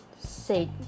say